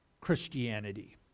Christianity